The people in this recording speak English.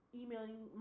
emailing